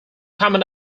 common